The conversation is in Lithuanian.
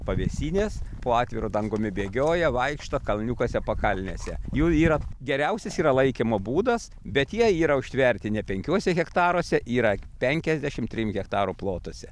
pavėsinės po atviru dangumi bėgioja vaikšto kalniukuose pakalnėse jų yra geriausias yra laikymo būdas bet jie yra užtverti ne penkiuose hektaruose yra penkiasdešim trim hektarų plotuose